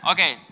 Okay